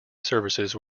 services